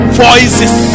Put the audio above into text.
voices